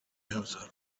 himself